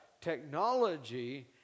technology